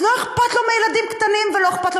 אז לא אכפת לו מילדים קטנים ולא אכפת לו